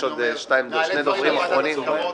בוועדת ההסכמות.